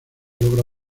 logra